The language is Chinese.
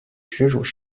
直属